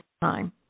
time